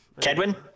Kedwin